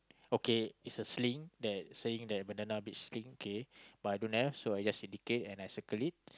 okay it's a sling there saying that bandanna beach sling okay but I don't have so I just indicate and I circle it